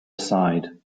aside